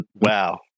wow